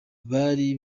bari